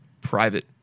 Private